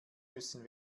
müssen